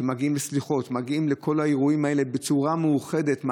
מגיעים לסליחות ומגיעים לכל האירועים האלה בצורה מאוחדת.